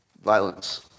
violence